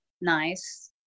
nice